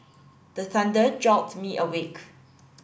the thunder jolt me awake